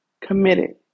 committed